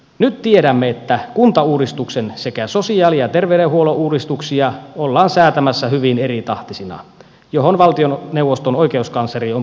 nyt tiedämme että kuntauudistuksen sekä sosiaali ja terveydenhuollon uudistuksia ollaan säätämässä hyvin eritahtisina mihin valtioneuvoston oikeuskansleri on puuttunut